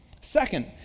Second